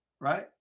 right